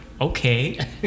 okay